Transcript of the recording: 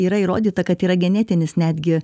yra įrodyta kad yra genetinis netgi